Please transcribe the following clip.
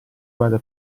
vada